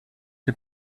dem